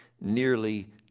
nearly